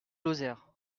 lozère